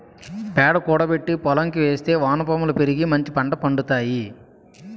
పేడ కూడబెట్టి పోలంకి ఏస్తే వానపాములు పెరిగి మంచిపంట పండుతాయి